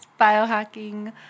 biohacking